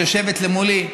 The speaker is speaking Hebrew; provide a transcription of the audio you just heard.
שיושבת מולי,